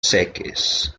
seques